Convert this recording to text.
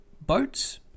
boats